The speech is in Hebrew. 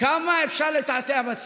כמה אפשר לתעתע בציבור?